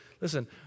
Listen